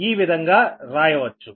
ఈ విధంగా రాయవచ్చు